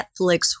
Netflix